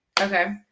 okay